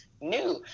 new